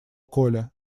коля